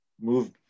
move